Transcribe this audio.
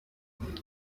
muri